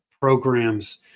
programs